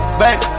back